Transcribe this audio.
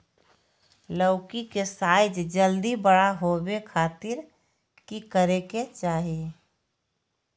लौकी के साइज जल्दी बड़ा होबे खातिर की करे के चाही?